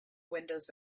windows